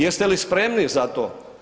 Jeste li spremni za to?